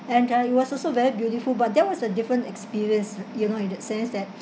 and I was also very beautiful but that was a different experience you know in that sense that